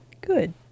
Good